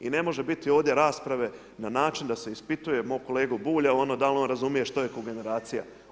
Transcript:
I ne može biti ovdje rasprave na način da se ispituje mog kolegu Bulja da li on razumije što je kogeneracija.